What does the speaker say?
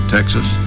Texas